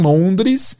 Londres